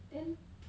then